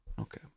okay